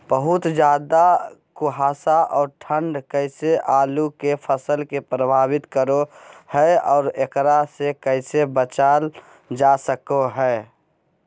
बहुत ज्यादा कुहासा और ठंड कैसे आलु के फसल के प्रभावित करो है और एकरा से कैसे बचल जा सको है?